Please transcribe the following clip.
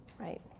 Right